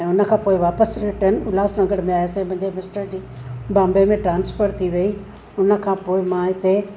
उन खां पोइ वापसि रिटर्न उल्हासनगर में आयसि मुंहिंजे मिस्टर जी बॉम्बे में ट्रांसफर थी वई उन खां पोइ मां हिते